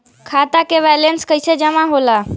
खाता के वैंलेस कइसे जमा होला?